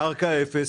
קרקע אפס,